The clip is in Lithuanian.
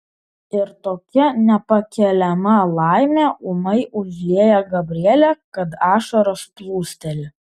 ir tokia nepakeliama laimė ūmai užlieja gabrielę kad ašaros plūsteli